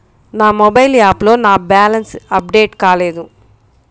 నా మొబైల్ యాప్లో నా బ్యాలెన్స్ అప్డేట్ కాలేదు